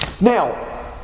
Now